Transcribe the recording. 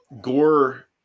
gore